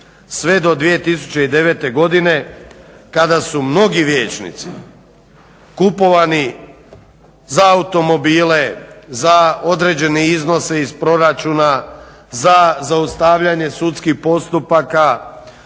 sve do 2009. godine kada su mnogi vijećnici kupovani za automobile, za određene iznose iz proračuna, za zaustavljanje sudskih postupaka,